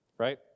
Right